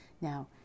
now